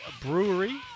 Brewery